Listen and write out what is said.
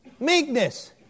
Meekness